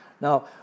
Now